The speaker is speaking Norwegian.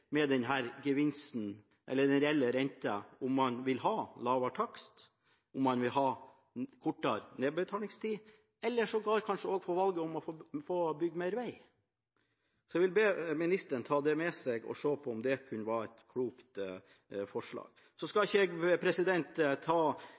eller den reelle renta – om man vil ha lavere takst, om man vil ha kortere nedbetalingstid, eller sågar kanskje også få valget om å få bygge mer vei? Så jeg vil be ministeren ta det med seg og se på om det kunne være et klokt forslag. Så skal